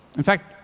in fact,